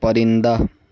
پرندہ